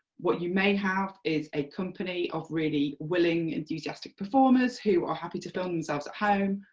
what you may have is a company of really willing enthusiastic performers who are happy to film themselves at home,